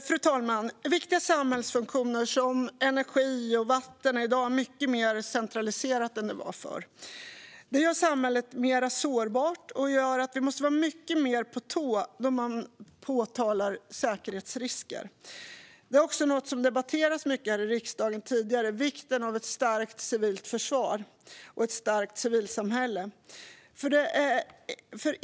Fru talman! Viktiga samhällsfunktioner som energi och vatten är i dag mycket mer centraliserade än de var förr. Detta gör samhället mer sårbart, och det gör att vi måste vara mycket mer på tå då man påtalar säkerhetsrisker. Detta handlar också om något som debatterats mycket här i riksdagen tidigare: vikten av ett starkt civilt försvar och ett starkt civilsamhälle.